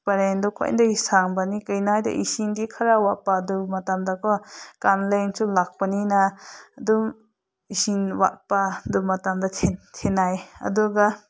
ꯄꯔꯦꯡꯗꯨ ꯈ꯭ꯋꯥꯏꯗꯒꯤ ꯁꯥꯡꯕꯅꯤ ꯀꯩꯅꯣ ꯍꯥꯏꯕꯗꯤ ꯏꯁꯤꯡꯗꯤ ꯈꯔ ꯋꯥꯠꯄ ꯑꯗꯨ ꯃꯇꯝꯗꯀꯣ ꯀꯥꯂꯦꯟꯁꯨ ꯂꯥꯛꯄꯅꯤꯅ ꯑꯗꯨꯝ ꯏꯁꯤꯡ ꯋꯥꯠꯄ ꯑꯗꯨ ꯃꯇꯝꯗ ꯊꯦꯡꯅꯩ ꯑꯗꯨꯒ